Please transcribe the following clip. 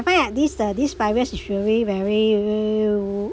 time like this uh this virus is usually very